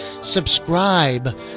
subscribe